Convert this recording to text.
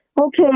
Okay